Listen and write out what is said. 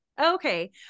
Okay